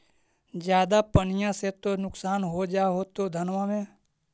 ज्यादा पनिया से तो नुक्सान हो जा होतो धनमा में?